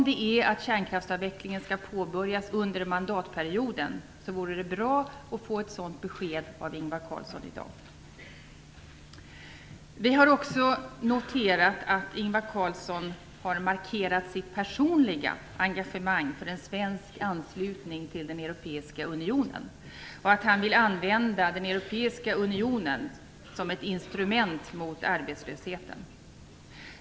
Det vore bra att få ett besked från Ingvar Carlsson i dag om kärnkraftsavvecklingen skall påbörjas under mandatperioden. Vi har också noterat att Ingvar Carlsson har markerat sin personliga engagemang för en svensk anslutning till den europeiska unionen och att han vill använda den europeiska unionen som ett instrument mot arbetslösheten.